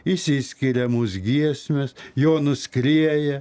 išsiskiria mūs giesmės jau nuskrieja